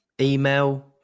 email